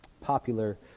popular